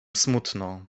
smutno